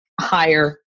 higher